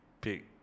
pick